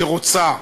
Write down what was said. שרוצה,